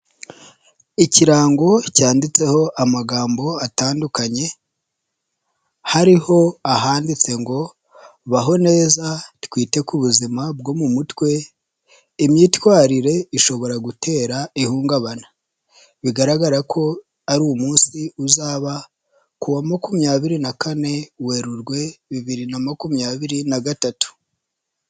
Ikirango cyanditseho amagambo atandukanye, hariho ahanditse ngo baho neza twite ku buzima bwo mu mutwe, imyitwarire ishobora gutera ihungabana. Bigaragara ko ari umunsi uzaba ku wa makumyabiri na kane, Werurwe bibiri na makumyabiri na gatatu.